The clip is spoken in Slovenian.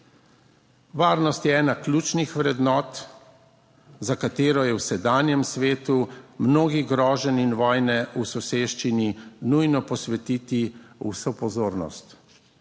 Varnost je ena ključnih vrednot, za katero je v sedanjem svetu mnogi groženj in vojne v soseščini, nujno posvetiti vso pozornost.